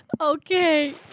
Okay